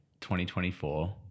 2024